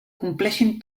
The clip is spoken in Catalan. compleixin